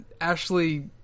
Ashley